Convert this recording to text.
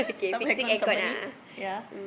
some air con company ya